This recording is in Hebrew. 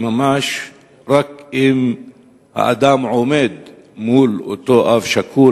כי ממש רק אם האדם עומד מול אותו אב שכול